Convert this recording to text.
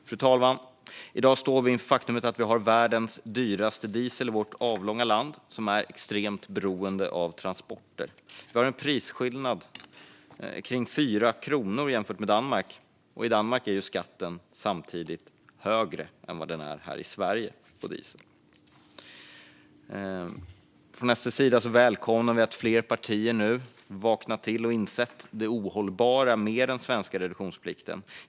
Fru talman! I dag står vi inför det faktum att vi har världens dyraste diesel i vårt avlånga land, som är extremt beroende av transporter. Vi har priser som är ungefär 4 kronor högre än i Danmark. I Danmark är skatten samtidigt högre än vad den är här i Sverige på diesel. Från SD:s sida välkomnar vi att fler partier nu vaknat till och insett det ohållbara med den svenska reduktionsplikten.